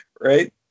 Right